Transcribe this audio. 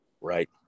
Right